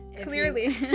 Clearly